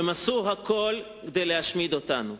הם עשו הכול כדי להשמיד אותנו.